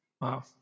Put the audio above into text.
Wow